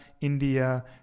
India